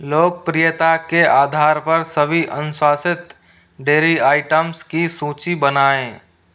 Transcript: लोकप्रियता के आधार पर सभी अनुशासित डेयरी आइटम्स की सूचि बनाएँ